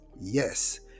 Yes